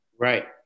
Right